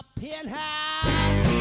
penthouse